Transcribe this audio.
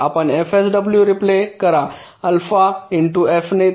आपण fSW replace करा alpha into F ने